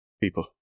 people